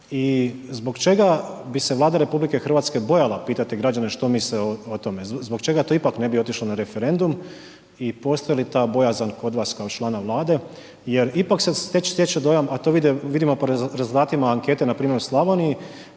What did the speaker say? i zbog čega bi se Vlada RH bojala pitati građane što misle o tome, zbog čega to ipak ne bi otišlo na referendum i postoji li ta bojazan kod vas kao člana Vlade jer ipak se stječe dojam a to vidimo po rezultatima ankete npr. u Slavoniji